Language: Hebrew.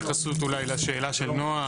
רק להשלים את ההתייחסות אולי לשאלה של נועה.